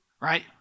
Right